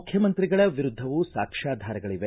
ಮುಖ್ಯಮಂತ್ರಿಗಳ ವಿರುದ್ದವೂ ಸಾಕ್ಷ್ವಾಧಾರಗಳವೆ